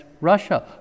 Russia